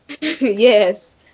yes